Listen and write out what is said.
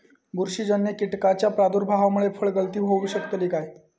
बुरशीजन्य कीटकाच्या प्रादुर्भावामूळे फळगळती होऊ शकतली काय?